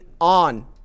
on